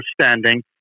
understanding